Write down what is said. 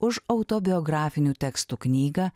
už autobiografinių tekstų knygą